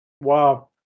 Wow